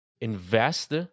Invest